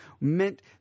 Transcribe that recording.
meant